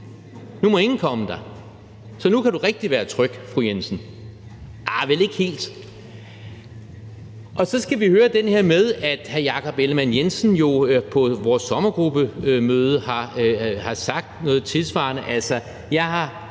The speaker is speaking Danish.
Nu må ingen komme der. Så nu kan du rigtige være tryg, fru Jensen. Arh, vel ikke helt? Så skal vi høre den her med, at hr. Jakob Ellemann-Jensen på vores sommergruppemøde har sagt noget tilsvarende. Jeg har